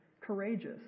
courageous